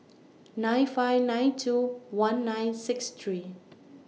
nine five nine two one nine six three